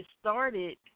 started